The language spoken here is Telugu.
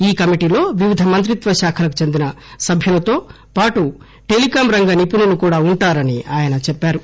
ఈ కమిటీలో వివిధ మంత్రిత్వశాఖలకు చెందిన సభ్యులతో టెలికాం రంగ నిపుణులు కూడా వుంటారని ఆయన చెప్పారు